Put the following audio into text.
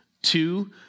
Two